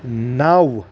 نَو